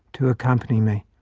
to accompany me.